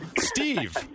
steve